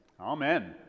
Amen